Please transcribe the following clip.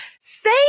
say